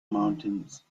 mountains